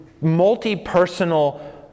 multi-personal